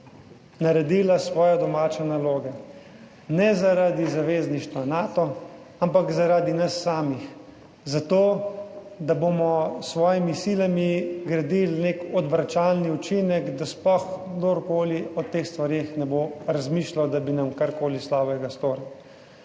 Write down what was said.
naredila svoje domače naloge, ne zaradi zavezništva Nato, ampak zaradi nas samih, zato da bomo s svojimi silami gradili nek odvračalni učinek, da sploh kdorkoli o teh stvareh ne bo razmišljal, da bi nam karkoli slabega storil.